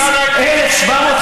לא הבנתי.